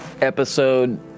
episode